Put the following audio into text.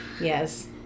Yes